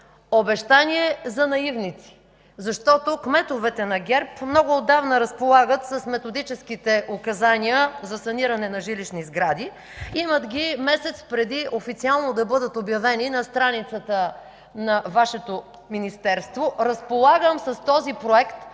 Обещание за наивници, защото кметовете на ГЕРБ много отдавна разполагат с Методическите указания за саниране на жилищни сгради. Имат ги месец преди официално да бъдат обявени на страницата на Вашето Министерство. Разполагам с този проект